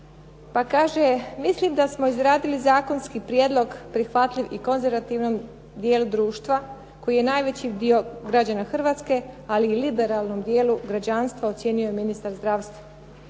pa kaže: “Mislim da smo izradili zakonski prijedlog prihvatljiv i konzervativnom dijelu društva koji je najveći dio građana Hrvatske, ali i liberalnom dijelu građanstva.“ ocijenio je ministar zdravstva.